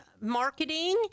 Marketing